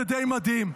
זה די מדהים,